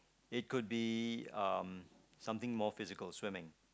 it could be um something move physical swimming